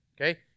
Okay